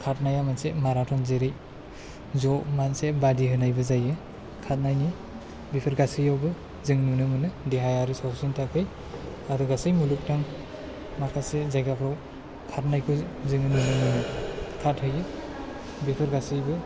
खारनाया मोनसे माराथन जेरै ज' मोनसे बादि होनायबो जायो खारनायनि बेफोर गासैयावबो जों नुनो मोनो देहा आरो सावस्रिनि थाखाय आरो गासै मुलुगाव माखासे जायगाफ्राव खारनायखौ जों नुनो मोनो ओंखायनो बेफोर गासैबो